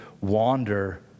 wander